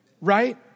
Right